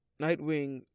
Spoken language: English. nightwing